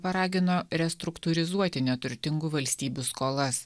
paragino restruktūrizuoti neturtingų valstybių skolas